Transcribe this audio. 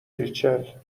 ریچل